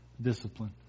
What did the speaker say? discipline